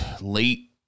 late